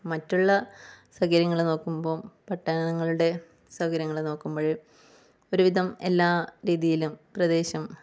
മറ്റുള്ള സൗകര്യങ്ങൾ നോക്കുമ്പോൾ പട്ടണങ്ങളുടെ സൗകര്യങ്ങൾ നോക്കുമ്പോൾ ഒരുവിധം എല്ലാ രീതിയിലും പ്രദേശം